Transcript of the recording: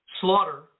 slaughter